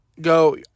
go